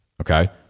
Okay